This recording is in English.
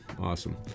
awesome